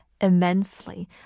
immensely